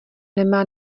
nemá